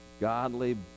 godly